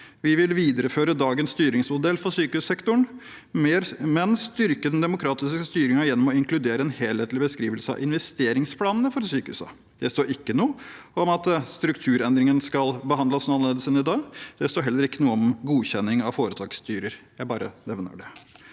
de vil videreføre «dagens styringsmodell for sykehussektoren, men styrke den demokratiske styringen gjennom å inkludere en helhetlig beskrivelse av investeringsplanene for sykehusene». Det står ikke noe om at strukturendringen skal behandles noe annerledes enn i dag. Det står heller ikke noe om godkjenning av foretaksstyrer. – Jeg bare nevner det.